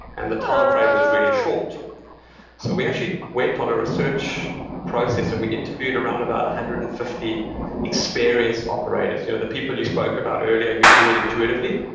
and the timeframe was really short so, we actually went on a research process and we interviewed around about one hundred and fifty experienced operators, you know the people you spoke about earlier who do it intuitively,